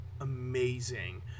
amazing